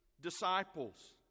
disciples